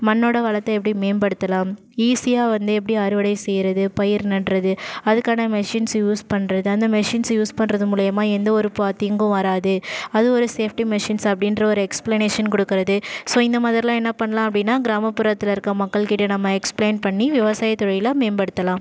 மண்ணோட வளத்தை எப்படி மேம்படுத்தலாம் ஈஸியாக வந்து எப்படி அறுவடை செய்வது பயிர் நடுவது அதுக்கான மெஷின்ஸ் யூஸ் பண்ணறது அந்த மெஷின்ஸ் யூஸ் பண்ணறது மூலயமா எந்த ஒரு ப தீங்கும் வராது அது ஒரு சேஃப்டி மெஷின்ஸ் அப்படிகிற ஒரு எக்ஸ்பிளனேஷன் கொடுக்குறது ஸோ இந்தமாதிரிலான் என்ன பண்ணலாம் அப்படின்னா கிராமபுறத்தில் இருக்கிற மக்கள் கிட்டே நம்ம எக்ஸ்பிலைன் பண்ணி விவசாய தொழிலை மேம்படுத்தலாம்